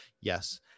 Yes